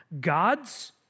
God's